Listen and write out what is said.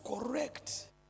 correct